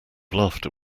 laughter